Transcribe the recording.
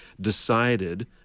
decided